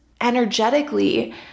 energetically